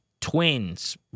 Twins